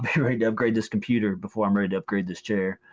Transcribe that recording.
upgrade upgrade this computer before i'm ready to upgrade this chair.